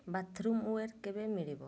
bathroom ware ମିଳିବ